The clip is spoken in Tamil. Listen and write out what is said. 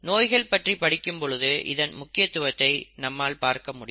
நோய்கள் பற்றி படிக்கும்பொழுது இதன் முக்கியத்துவத்தை நம்மால் பார்க்க முடியும்